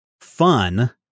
fun